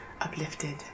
uplifted